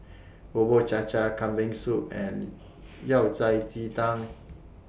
Bubur Cha Cha Kambing Soup and Yao Cai Ji Tang